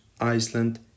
Iceland